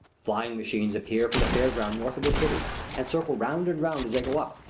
flying machines appear from the fair ground north of the city, and circle round and round as they go up,